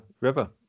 river